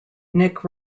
nick